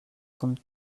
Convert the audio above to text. com